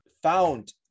found